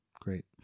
great